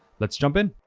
let's jump in.